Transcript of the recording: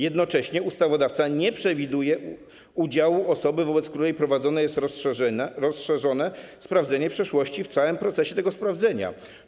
Jednocześnie ustawodawca nie przewiduje udziału osoby, wobec której prowadzone jest rozszerzone sprawdzenie przeszłości, w całym procesie tego sprawdzenia.